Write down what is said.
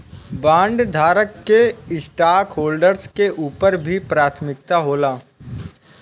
बॉन्डधारक के स्टॉकहोल्डर्स के ऊपर भी प्राथमिकता होला